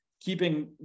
keeping